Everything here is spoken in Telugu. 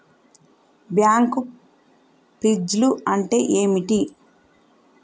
బ్యాంక్ ఫీజ్లు అంటే ఏమిటి?